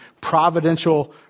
providential